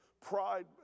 pride